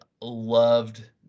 loved